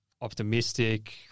optimistic